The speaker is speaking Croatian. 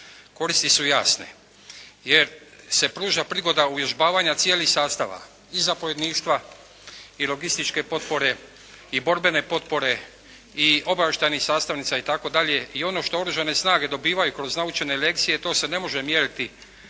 koristi su jasne. Jer se pruža prigoda uvježbavanja cijelih sastava i zapovjedništva i logističke potpore i borbene potpore i obavještajnih sastavnica i tako dalje. I ono što Oružane snage dobivaju kroz naučene lekcije, to se ne može mjeriti